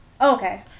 Okay